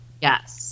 Yes